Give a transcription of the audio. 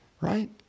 right